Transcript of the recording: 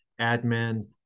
admin